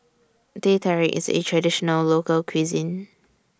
Teh Tarik IS A Traditional Local Cuisine